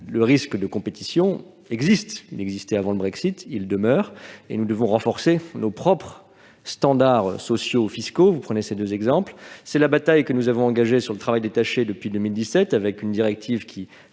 le risque de compétition existe. Déjà présent avant le Brexit, il demeure, et nous devons renforcer nos propres standards sociaux et fiscaux. C'est la bataille que nous avons engagée sur le travail détaché depuis 2017, avec une directive qui